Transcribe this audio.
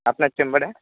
আপনার চেম্বারে